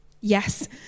Yes